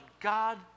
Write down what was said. God